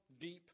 deep